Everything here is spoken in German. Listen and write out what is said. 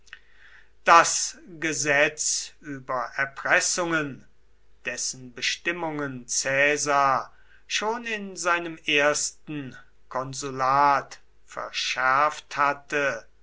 das gesetz über erpressungen dessen bestimmungen caesar schon in seinem ersten konsulat verschärft hatte